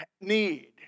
need